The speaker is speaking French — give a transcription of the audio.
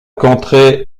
contrée